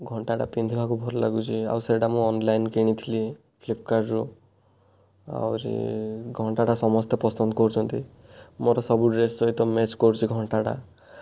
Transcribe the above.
ଘଣ୍ଟାଟା ପିନ୍ଧିବାକୁ ଭଲ ଲଗୁଛି ଆଉ ସେଇଟା ମୁଁ ଅନଲାଇନ କିଣିଥିଲି ଫ୍ଲିପକାର୍ଟ ରୁ ଆହୁରି ଘଣ୍ଟାଟା ସମସ୍ତେ ପସନ୍ଦ କରୁଛନ୍ତି ମୋର ସବୁ ଡ୍ରେସ୍ ସହିତ ମ୍ୟାଚ କରୁଛି ଘଣ୍ଟାଟା